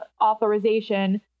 authorization